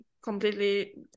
completely